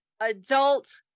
adult